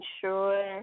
sure